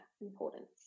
importance